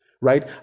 right